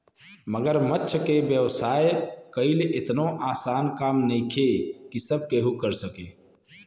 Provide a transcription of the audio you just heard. मगरमच्छ के व्यवसाय कईल एतनो आसान काम नइखे की सब केहू कर सके